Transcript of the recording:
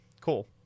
Cool